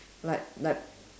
like like